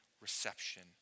reception